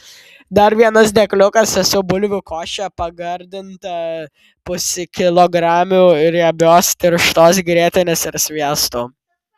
dar vienas dėkliukas su bulvių koše pagardinta puskilogramiu riebios tirštos grietinės ir sviestu